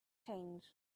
change